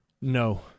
No